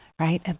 Right